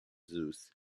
zeus